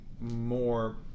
more